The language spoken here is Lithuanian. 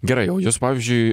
gerai o jūs pavyzdžiui